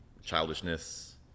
childishness